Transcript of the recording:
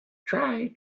try